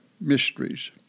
mysteries